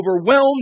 overwhelmed